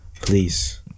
Please